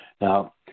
Now